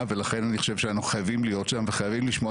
ולכן אני חושב שאנחנו חייבים להיות שם וחייבים לשמוע